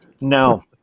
No